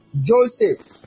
joseph